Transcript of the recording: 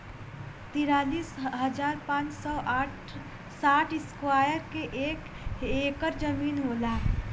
तिरालिस हजार पांच सौ और साठ इस्क्वायर के एक ऐकर जमीन होला